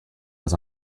was